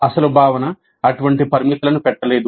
అసలు భావన అటువంటి పరిమితులను పెట్టలేదు